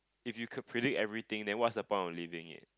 if you could predict everything then what's the point of living it